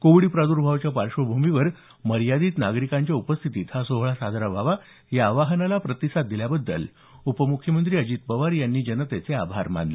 Covid प्रादुर्भावाच्या पार्श्वभूमीवर मर्यादित नागरिकांच्या उपस्थितीत हा सोहळा साजरा व्हावा या आवाहनाला प्रतिसाद दिल्याबद्दल उपम्ख्यमंत्री अजित पवार यांनी जनतेचे आभार मानले